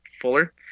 Fuller